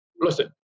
listen